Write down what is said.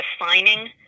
defining